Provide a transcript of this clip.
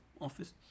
Office